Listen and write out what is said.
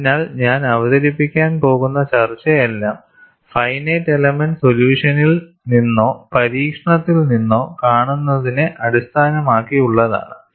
അതിനാൽ ഞാൻ അവതരിപ്പിക്കാൻ പോകുന്ന ചർച്ചയെല്ലാം ഫൈനൈറ്റ് എലെമെന്റ് സോല്യൂഷനിൽ നിന്നോ പരീക്ഷണത്തിൽ നിന്നോ കാണുന്നതിനെ അടിസ്ഥാനമാക്കിയുള്ളതാണ്